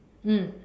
mm